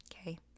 Okay